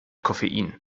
koffein